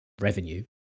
revenue